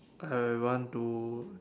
I want to